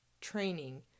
training